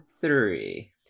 three